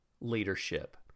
leadership